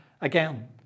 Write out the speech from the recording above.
again